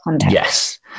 Yes